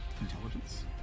Intelligence